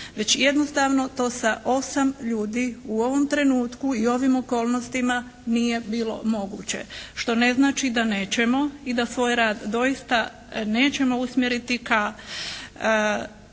već jednostavno to sa osam ljudi u ovom trenutku i ovim okolnostima nije bilo moguće, što ne znači da nećemo i da svoj rad doista nećemo usmjeriti ka